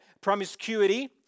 promiscuity